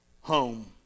home